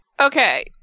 Okay